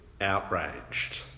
outraged